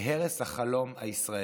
להרס החלום הישראלי.